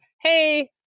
hey